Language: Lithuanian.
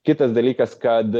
kitas dalykas kad